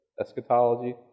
Eschatology